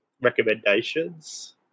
recommendations